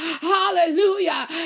hallelujah